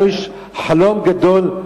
לנו יש חלום גדול,